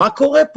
מה קורה?